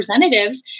Representatives